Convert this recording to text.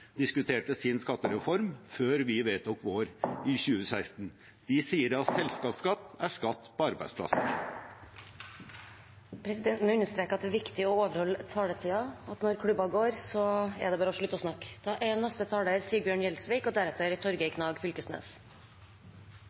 diskuterte sin skattereform før vi vedtok vår i 2016 . De sier at selskapsskatt er skatt på arbeidsplasser. Presidenten understreker at det er viktig å overholde taletiden, og at når klubben går, er det bare å slutte å snakke.